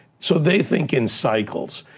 so they think in cycles,